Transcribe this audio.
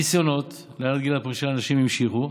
הניסיונות להעלאת גיל פרישה לנשים נמשכו,